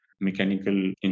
mechanical